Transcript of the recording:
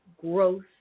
growth